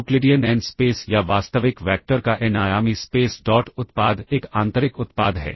Euclidean n space या वास्तविक vector का एन आयामी स्पेस डॉट उत्पाद एक आंतरिक उत्पाद है